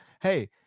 hey